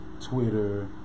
Twitter